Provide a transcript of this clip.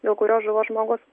dėl kurio žuvo žmogus